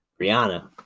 rihanna